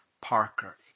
Parker